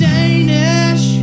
Danish